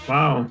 Wow